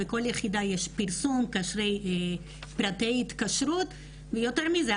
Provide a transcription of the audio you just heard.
בכל יחידה יש פרסום של פרטי ההתקשרות ויותר מזה,